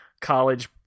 college